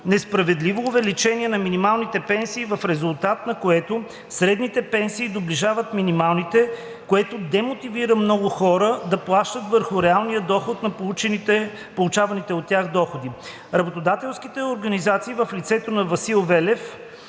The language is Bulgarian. несправедливото увеличение на минималните пенсии, в резултат на което средните пенсии доближават минималните, което демотивира много хора да плащат върху реалния размер на получаваните доходи. Работодателските организации в лицето на Васил Велев,